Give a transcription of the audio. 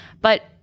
But-